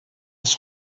ist